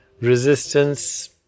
Resistance